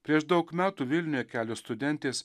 prieš daug metų vilniuje kelios studentės